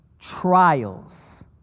trials